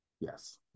Yes